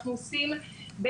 אנחנו עושים,